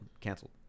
canceled